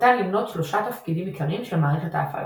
ניתן למנות שלושה תפקידים עיקריים של מערכת ההפעלה